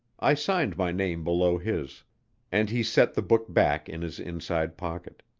i signed my name below his and he set the book back in his inside pocket.